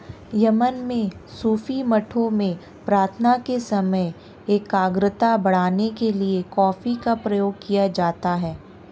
Yemen में सूफी मठों में प्रार्थना के समय एकाग्रता बढ़ाने के लिए कॉफी का प्रयोग किया जाता था